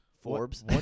Forbes